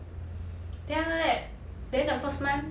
then after that then the first month